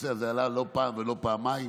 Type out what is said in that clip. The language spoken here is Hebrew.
הנושא הזה עלה לא פעם ולא פעמיים.